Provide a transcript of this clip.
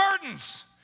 burdens